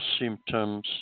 symptoms